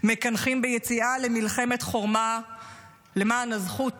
מקנחים ביציאה למלחמת חורמה למען הזכות